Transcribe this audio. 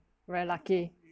very lucky